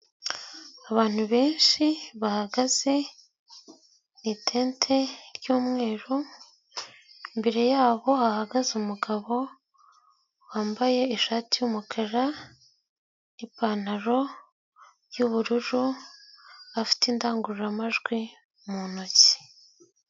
Abantu benshi bahagaze mu tente y'umweru, imbere yabo hagaze umugabo wambaye ishati y'umukara ipantaro y'ubururu, afite indangururamajwi mu ntoki.